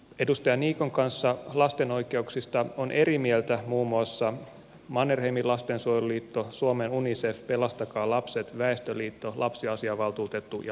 edustaja niikon kanssa lasten oikeuksista ovat eri mieltä muun muassa mannerheimin lastensuojeluliitto suomen unicef pelastakaa lapset väestöliitto lapsiasiavaltuutettu ja lastensuojelun keskusliitto